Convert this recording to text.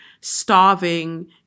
starving